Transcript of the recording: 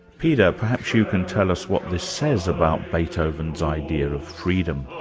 peter, perhaps you can tell us what this says about beethoven's idea of freedom.